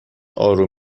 آروم